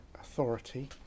Authority